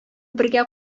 бергә